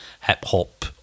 hip-hop